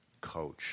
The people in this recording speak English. coach